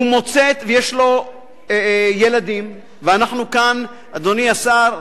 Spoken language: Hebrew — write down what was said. ויש לו ילדים, ואנחנו כאן, אדוני השר,